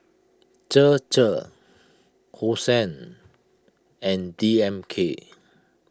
Chir Chir Hosen and D M K